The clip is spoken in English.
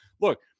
look